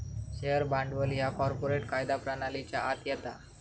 share भांडवल ह्या corporate कायदा प्रणालीच्या आत येता